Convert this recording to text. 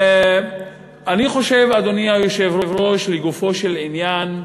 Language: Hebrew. אני חושב, אדוני היושב-ראש, לגופו של עניין,